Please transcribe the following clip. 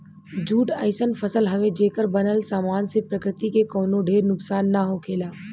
jute अइसन फसल हवे, जेकर बनल सामान से प्रकृति के कवनो ढेर नुकसान ना होखेला